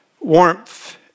warmth